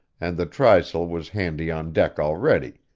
and the trysail was handy on deck already,